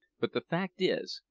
but the fact is,